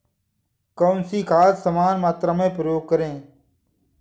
कौन सी खाद समान मात्रा में प्रयोग करें?